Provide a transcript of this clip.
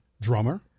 Drummer